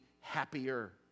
happier